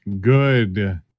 Good